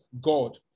God